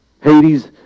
Hades